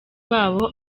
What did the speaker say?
babo